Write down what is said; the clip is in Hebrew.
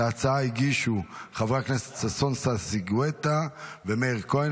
את ההצעה הגישו חבר הכנסת ששון ששי גואטה ומאיר כהן.